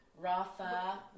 Rafa